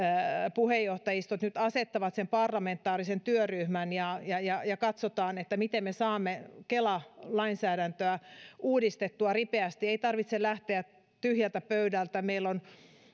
puheenjohtajistot nyt asettavat sen parlamentaarisen työryhmän ja ja katsotaan miten me saamme kela lainsäädäntöä uudistettua ripeästi ei tarvitse lähteä tyhjältä pöydältä meillä on